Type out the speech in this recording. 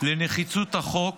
לנחיצות החוק